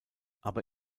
aber